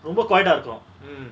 ரொம்ப:romba quiet ah இருக்கு:iruku mm